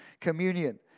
communion